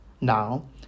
Now